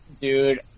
Dude